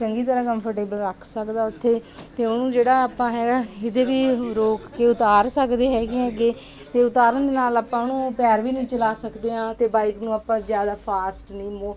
ਚੰਗੀ ਤਰ੍ਹਾਂ ਕੰਫਰਟੇਬਲ ਰੱਖ ਸਕਦਾ ਉੱਥੇ ਅਤੇ ਉਹਨੂੰ ਜਿਹੜਾ ਆਪਾਂ ਹੈਗਾ ਕਿਤੇ ਵੀ ਰੋਕ ਕੇ ਉਤਾਰ ਸਕਦੇ ਹੈਗੇ ਐਗੇ ਅਤੇ ਉਤਾਰਨ ਨਾਲ ਆਪਾਂ ਉਹਨੂੰ ਪੈਰ ਵੀ ਨਹੀਂ ਚਲਾ ਸਕਦੇ ਹਾਂ ਅਤੇ ਬਾਈਕ ਨੂੰ ਆਪਾਂ ਜ਼ਿਆਦਾ ਫਾਸਟ ਨਹੀਂ